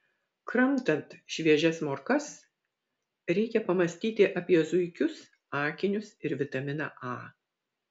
kramtant šviežias morkas reikai pamąstyti apie zuikius akinius ir vitaminą a